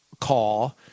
call